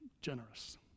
generous